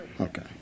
Okay